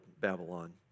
Babylon